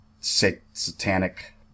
satanic